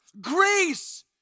grace